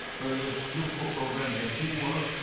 where we've looked for programs that do work,